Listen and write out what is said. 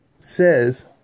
says